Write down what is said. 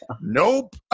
Nope